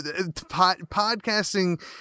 Podcasting